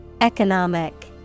Economic